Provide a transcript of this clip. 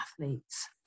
athletes